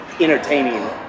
entertaining